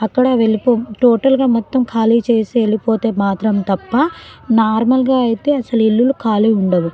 అక్కడ వెళ్ళి టోటల్గా మొత్తం ఖాళీ చేసి వెళ్ళిపోతే మాత్రం తప్ప నార్మల్గా అయితే అసలు ఇల్లులు ఖాళీ ఉండవు